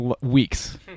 Weeks